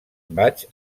vaig